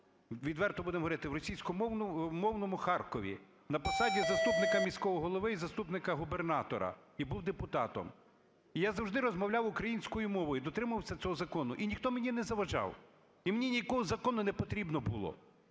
відверто будемо говорити, в російськомовному Харкові на посаді заступника міського голови і заступника губернатора, і був депутатом. І я завжди розмовляв українською мовою, дотримувався цього закону, і ніхто мені не заважав і мені ніякого закону непотрібно було.